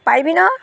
পাৰিবি ন'